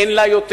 אין לה יושב-ראש,